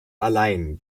allein